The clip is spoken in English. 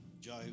Joe